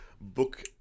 book